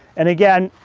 and again,